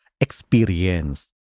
experience